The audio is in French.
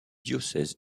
diocèse